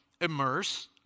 immerse